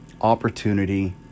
opportunity